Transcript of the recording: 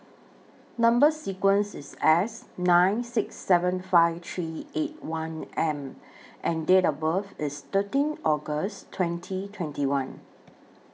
Number sequence IS S nine six seven five three eight one M and Date of birth IS thirteen August twenty twenty one